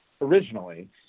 originally